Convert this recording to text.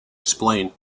explain